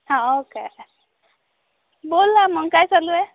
हाव का बोल ना मग काय चालू आहे